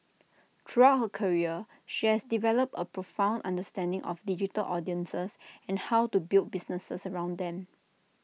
throughout her career she has developed A profound understanding of digital audiences and how to build businesses around them